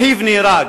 אחיו נהרג,